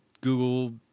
Google